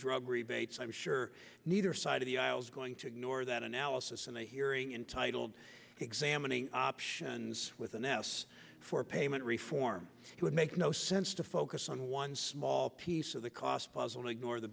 drug rebates i'm sure neither side of the aisles going to ignore that analysis and the hearing intitled examining options with an s for payment reform it would make no sense to focus on one small piece of the cost puzzle and ignore the